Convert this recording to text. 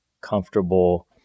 comfortable